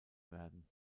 werden